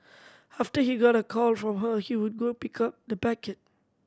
after he got a call from her he would go pick up the packet